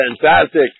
fantastic